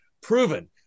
proven